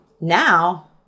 now